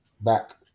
back